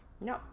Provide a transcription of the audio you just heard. no